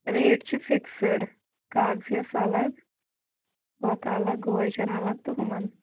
rate چھِ fixed کاغذِیَس الگ ہُتھ الگ گوجن الگ تہٕ ہُمَن